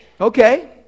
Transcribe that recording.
Okay